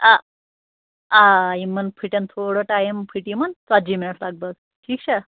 اَ آ یِمَن پھُٹن تھوڑا ٹایم پھُٹہِ یِمَن ژَتجی مِنٛٹ لگ بگ ٹھیٖک چھا